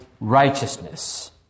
righteousness